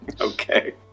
Okay